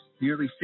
Nearly